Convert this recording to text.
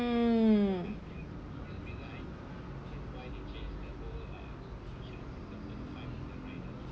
hmm